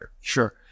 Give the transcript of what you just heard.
Sure